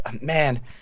man